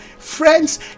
Friends